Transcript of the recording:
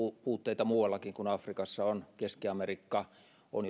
puutteita muuallakin kuin afrikassa on keski amerikka on